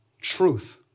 truth